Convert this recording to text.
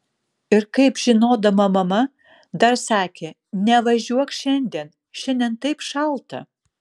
ir kaip žinodama mama dar sakė nevažiuok šiandien šiandien taip šalta